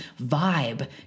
vibe